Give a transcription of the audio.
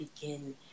begin